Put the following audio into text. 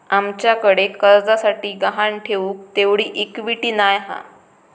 आमच्याकडे कर्जासाठी गहाण ठेऊक तेवढी इक्विटी नाय हा